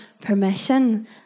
permission